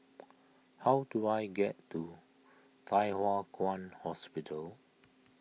how do I get to Thye Hua Kwan Hospital